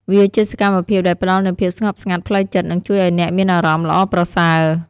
វាជាសកម្មភាពដែលផ្តល់នូវភាពស្ងប់ស្ងាត់ផ្លូវចិត្តនិងជួយឱ្យអ្នកមានអារម្មណ៍ល្អប្រសើរ។